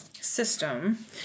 System